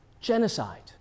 genocide